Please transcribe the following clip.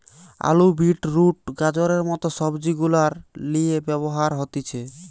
আলু, beetroot, গাজরের মত সবজি গুলার লিয়ে ব্যবহার হতিছে